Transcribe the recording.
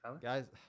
Guys